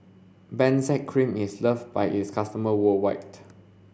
Benzac Cream is loved by its customers worldwide